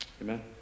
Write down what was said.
Amen